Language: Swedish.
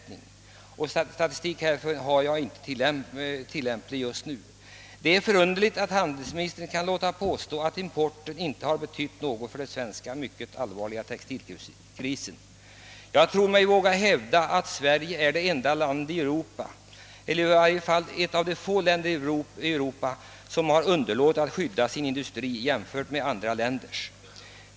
Någon statistik på den saken har jag emellertid inte tillgänglig just nu. Det är underligt att handelsministern kan påstå att textilimporten inte har betytt något för den mycket allvarliga textilkrisen här i landet. Jag tror mig våga påstå att Sverige är det enda land i Europa — eller i varje fall ett av de få länderna i Europa — som har underlåtit att skydda sin industri i konkurrensen med andra länder.